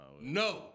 no